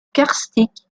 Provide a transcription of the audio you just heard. karstique